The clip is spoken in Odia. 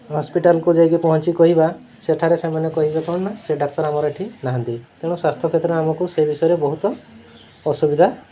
ହସ୍ପିଟାଲ୍କୁ ଯାଇକି ପହଞ୍ଚି କହିବା ସେଠାରେ ସେମାନେ କହିବେ କ'ଣ ନା ସେ ଡାକ୍ତର ଆମର ଏଠି ନାହାନ୍ତି ତେଣୁ ସ୍ୱାସ୍ଥ୍ୟ କ୍ଷେତ୍ରରେ ଆମକୁ ସେ ବିଷୟରେ ବହୁତ ଅସୁବିଧା